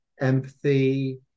empathy